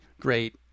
great